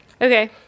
Okay